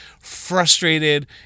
frustrated